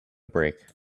break